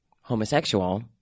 homosexual